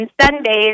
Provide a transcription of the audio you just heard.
Sundays